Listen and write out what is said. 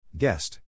Guest